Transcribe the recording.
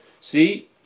See